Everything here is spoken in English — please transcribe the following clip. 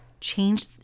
Change